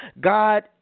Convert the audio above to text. God